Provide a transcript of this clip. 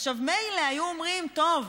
מילא היו אומרים: טוב,